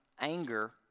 anger